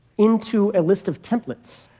into a list of templates.